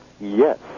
Yes